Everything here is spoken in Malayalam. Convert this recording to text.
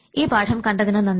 ഈ പാഠം കണ്ടതിനു നന്ദി